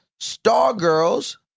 Stargirls